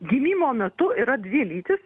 gimimo metu yra dvi lytys